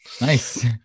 Nice